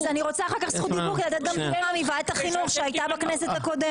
אני רוצה אחר כך זכות דיבור לדבר על ועדת החינוך שהייתה בכנסת הקודמת.